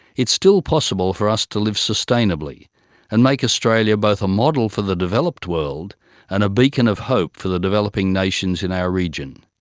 it is still possible for us to live sustainably and make australia both a model for the developed world and a beacon of hope for the developing nations in our region.